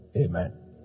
Amen